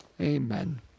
amen